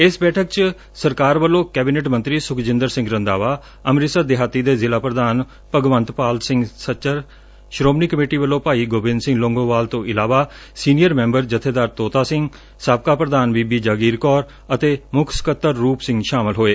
ਇਸ ਬੈਠਕ ਚ ਸਰਕਾਰ ਵੱਲੋ ਕੈਬਨਿਟ ਮੰਤਰੀ ਸੁਖਜਿੰਦਰ ਸਿੰਘ ਰੰਧਾਵਾ ਅੰਮ੍ਰਿਤਸਰ ਦਿਹਾਤੀ ਦੇ ਜ਼ਿਲ੍ਹਾ ਪ੍ਰਧਾਨ ਭਗਵੰਤਪਾਲ ਸਿੰਘ ਸ੍ਰੋਮਣੀ ਕਮੇਟੀ ਵੱਲੋਂ ਭਾਈ ਗੋਬਿੰਦ ਸਿੰਘ ਲੌਂਗੋਵਾਲ ਤੋਂ ਇਲਾਵਾ ਸੀਨੀਅਰ ਮੈਂਬਰ ਜਥੇਦਾਰ ਤੋਤਾ ਸਿੰਘ ਸਾਬਕਾ ਪ੍ਧਾਨ ਬੀਬੀ ਜਗੀਰ ਕੌਰ ਅਤੇ ਮੁੱਖ ਸਕੱਤਰ ਰੂਪ ਸਿੰਘ ਸ਼ਾਮਲ ਹੋਏ